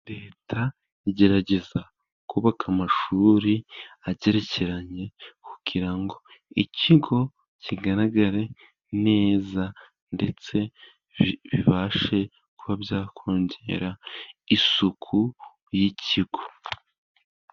Leta igerageza kubaka amashuri agerekeranye, kugira ngo ikigo kigaragare neza, ndetse bibashe kuba byakongera isuku y'ikigo.